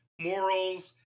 morals